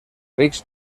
rics